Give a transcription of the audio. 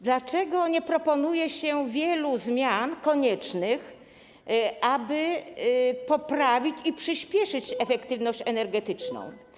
Dlaczego nie proponuje się wielu koniecznych zmian, aby poprawić i przyspieszyć efektywność energetyczną?